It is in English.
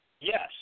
Yes